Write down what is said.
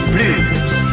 Blues